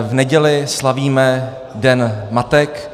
V neděli slavíme Den matek.